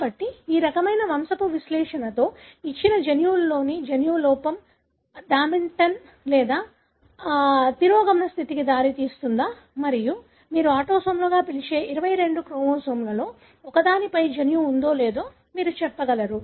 కాబట్టి ఈ రకమైన వంశపు విశ్లేషణతో ఇచ్చిన జన్యువులోని జన్యువు లేదా లోపం డామినెన్ట్ లేదా తిరోగమన స్థితికి దారితీస్తుందా మరియు మీరు ఆటోసోమ్లుగా పిలిచే 22 క్రోమోజోమ్లలో ఒకదానిపై జన్యువు ఉందో లేదో మీరు చెప్పగలరు